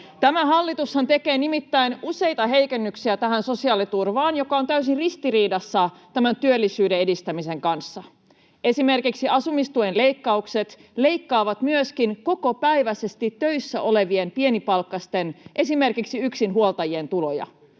Tämä hallitushan tekee nimittäin useita heikennyksiä sosiaaliturvaan, mikä on täysin ristiriidassa työllisyyden edistämisen kanssa. Esimerkiksi asumistuen leikkaukset leikkaavat myöskin kokopäiväisesti töissä olevien pienipalkkaisten, esimerkiksi yksinhuoltajien, tuloja